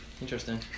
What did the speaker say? Interesting